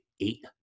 eight